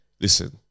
listen